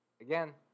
again